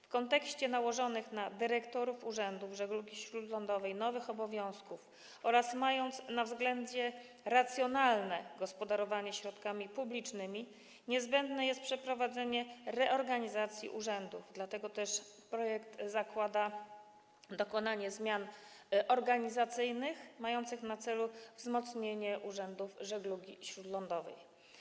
W kontekście nałożonych na dyrektorów urzędów żeglugi śródlądowej nowych obowiązków oraz mając na względzie racjonalne gospodarowanie środkami publicznymi, niezbędne jest przeprowadzenie reorganizacji urzędów, dlatego też projekt zakłada dokonanie zmian organizacyjnych mających na celu wzmocnienie urzędów żeglugi śródlądowej.